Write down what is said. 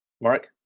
Mark